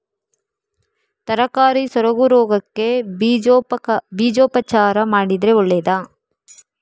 ತರಕಾರಿ ಸೊರಗು ರೋಗಕ್ಕೆ ಬೀಜೋಪಚಾರ ಮಾಡಿದ್ರೆ ಒಳ್ಳೆದಾ?